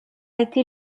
été